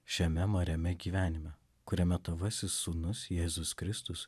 šiame mariame gyvenime kuriame tavasis sūnus jėzus kristus